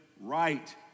right